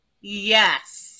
Yes